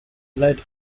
led